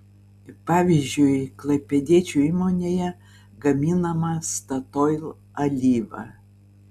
pavyzdžiui klaipėdiečių įmonėje gaminama statoil alyva